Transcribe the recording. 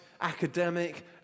academic